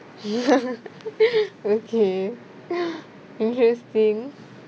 okay interesting